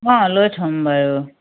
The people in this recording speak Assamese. অঁ লৈ থ'ম বাৰু